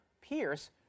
Pierce